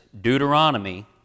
Deuteronomy